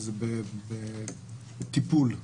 וזה בטיפול.